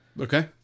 okay